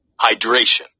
Hydration